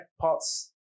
parts